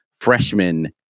freshman